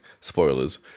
spoilers